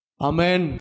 Amen